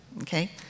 okay